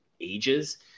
ages